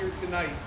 tonight